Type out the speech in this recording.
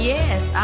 Yes